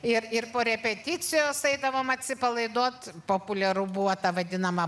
ir ir po repeticijos eidavom atsipalaiduot populiaru buvo ta vadinama